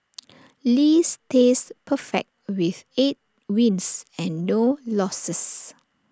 lee stays perfect with eight wins and no losses